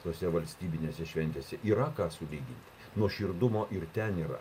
tose valstybinėse šventėse yra ką sulyginti nuoširdumo ir ten yra